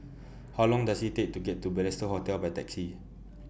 How Long Does IT Take to get to Balestier Hotel By Taxi